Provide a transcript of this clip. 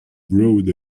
brought